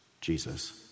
Jesus